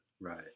Right